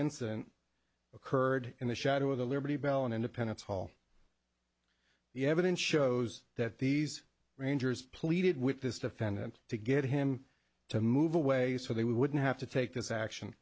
incident occurred in the shadow of the liberty bell and independence hall the evidence shows that these rangers pleaded with this defendant to get him to move away so they wouldn't have to take this action